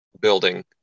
building